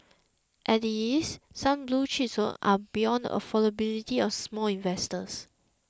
at is some blue chips are beyond affordability of small investors